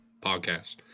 podcast